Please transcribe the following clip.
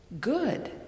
good